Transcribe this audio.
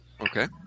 okay